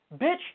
Bitch